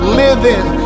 living